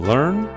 Learn